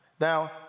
Now